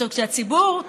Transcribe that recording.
בגלל שאת דואגת לציבור.